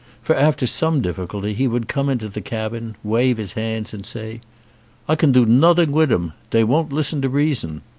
for after some difficulty he would come into the cabin wave his hands, and say i can do noding wid dem. dey won't listen to reason.